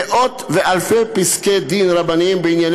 מאות ואלפי פסקי-דין רבניים בענייני